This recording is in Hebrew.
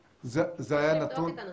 צריך לבדוק את הנתון.